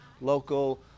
local